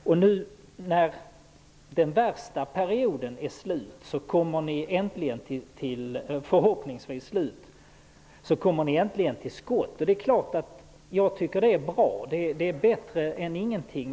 Först nu när den värsta perioden, förhoppningsvis, är slut kommer ni till skott. Det är klart att jag tycker att det är bra. Det är ju bättre än ingenting.